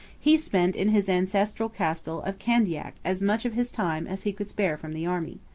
he spent in his ancestral castle of candiac as much of his time as he could spare from the army.